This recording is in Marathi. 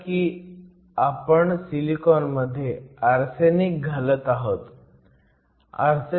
समजा की आपण सिलिकॉन मध्ये आर्सेनिक घालत आहोत